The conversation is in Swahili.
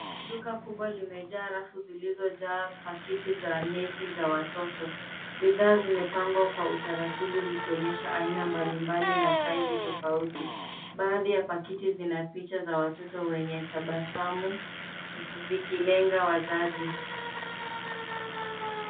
Duka kubwa limejaa rafu zilizojaa pakiti za nepi za watoto. Bidhaa zimepangwa kwa utaratibu, zikionyesha aina mbalimbali na saizi tofauti. Baadhi ya pakiti zina picha za watoto wenye tabasamu, zikilenga wazazi.